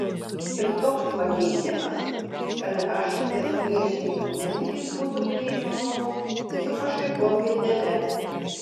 ir toks pakeitimas kad hs priešininkų mintys būtų priimamos su pašaipos gaidele